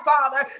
Father